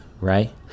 right